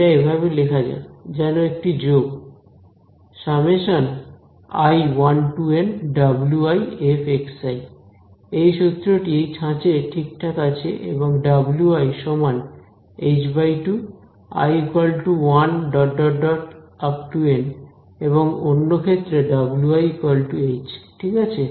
এটা এভাবে লেখা যাক যেন একটি যোগ wif এই সূত্রটি এই ছাঁচে ঠিকঠাক আছে এবং wi h 2 i 1 n এবং অন্য ক্ষেত্রে wi h ঠিক আছে